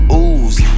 ooze